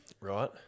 Right